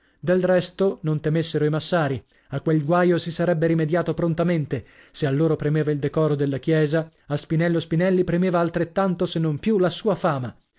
del resto non temessero i massari a quel guaio si sarebbe rimediato prontamente se a loro premeva il decoro della chiesa a spinello spinelli premeva altrettanto se non più la sua fama